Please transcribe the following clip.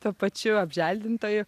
tuo pačiu apželdintoju